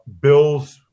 Bill's